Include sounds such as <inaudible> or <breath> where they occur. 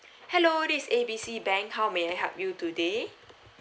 <breath> hello this is A B C bank how may I help you today